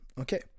Okay